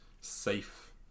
safe